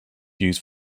used